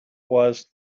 was